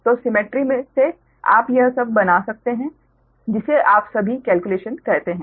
तो सिमेट्री से आप यह सब बना सकते हैं जिसे आप सभी केल्क्युलेशन कहते हैं